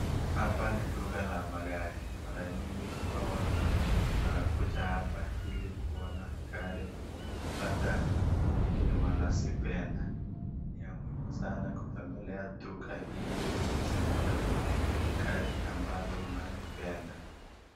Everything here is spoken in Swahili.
Hapa ni duka la magari. Mara nyingi huwa watu wanakuja hapa ili kuona gari labda yenye wanazipenda. Ni ya muhimu sanaa kutembelea duka hili uweze kuchagua gari ambalo unalipenda.